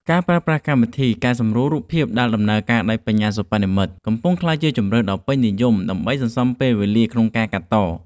ការប្រើប្រាស់កម្មវិធីកែសម្រួលរូបភាពដែលដំណើរការដោយ បញ្ញាសិប្បនិម្មិត កំពុងក្លាយជាជម្រើសដ៏ពេញនិយមដើម្បីសន្សំពេលវេលាក្នុងការកាត់ត។